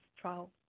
trial